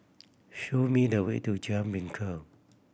show me the way to Jalan Bingka